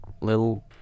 little